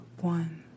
one